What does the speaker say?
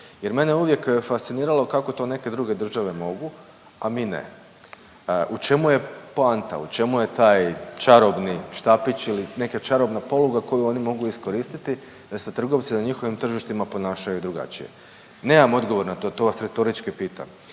jer mene je uvijek fasciniralo kako to neke druge države mogu, a mi ne. U čemu je poanta? U čemu je taj, čarobni štapić ili neka čarobna poluga koju oni mogu iskoristi da se trgovci na njihovim tržištima ponašaju drugačije? Nemam odgovor na to, to vas retorički pitam.